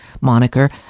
moniker